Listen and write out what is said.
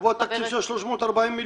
שיבוא התקציב של 340 מיליון.